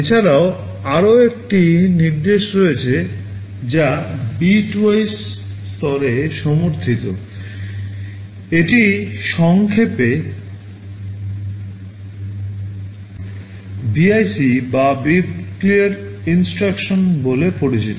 এছাড়াও আরও একটি নির্দেশ রয়েছে যা বিটওয়াইজ বলে পরিচিত